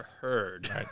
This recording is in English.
heard